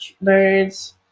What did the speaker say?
birds